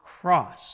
cross